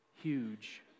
huge